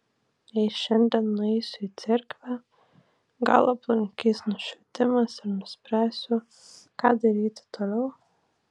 jei šiandien nueisiu į cerkvę gal aplankys nušvitimas ir nuspręsiu ką daryti toliau